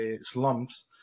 slums